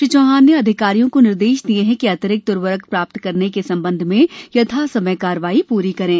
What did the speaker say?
श्री चौहान ने अधिकारियों को निर्देश दिये कि अतिरिक्त उर्वरक प्राप्त करने के संबंध में यथासमय कार्यवाही पूर्ण करें